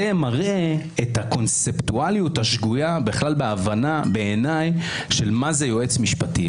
זה מראה את הקונספטואליות השגויה בהבנה בעיניי מה זה יועץ משפטי.